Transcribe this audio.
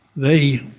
they,